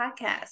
Podcast